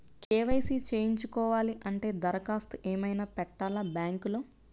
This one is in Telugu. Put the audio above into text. కే.వై.సి చేయించుకోవాలి అంటే దరఖాస్తు ఏమయినా పెట్టాలా బ్యాంకులో?